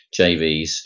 JVs